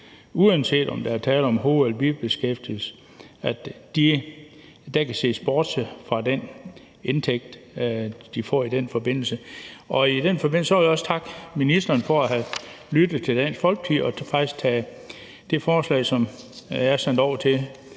uanset om der er tale om hoved- eller bibeskæftigelse, at der kan ses bort fra den indtægt, som de altså får i den forbindelse. I den forbindelse vil jeg også takke ministeren for at have lyttet til Dansk Folkeparti og faktisk at have taget det forslag, som jeg sendte over til